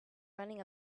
running